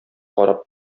карап